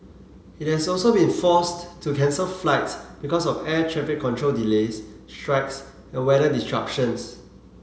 it has also been forced to cancel flights because of air traffic control delays strikes and weather disruption